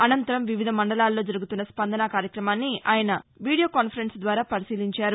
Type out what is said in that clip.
అనంతరం వివిధ మండలాలలో జరుగుతున్న స్పందన కార్యక్రమాన్ని ఆయన వీడియో కాన్ఫరెన్స్ ద్వారా పరిశీలించారు